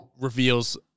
reveals